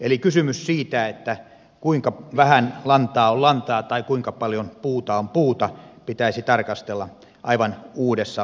eli kysymystä siitä kuinka vähän lantaa on lantaa tai kuinka paljon puuta on puuta pitäisi tarkastella aivan uudessa valossa